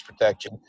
protection